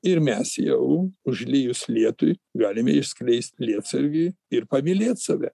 ir mes jau užlijus lietui galime išskleisti lietsargį ir pamylėt save